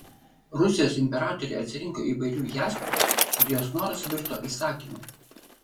rusijos imperatorė atsirinko įvairių jaspių ir jos noras virto įsakymu